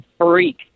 freak